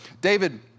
David